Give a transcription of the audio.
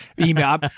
email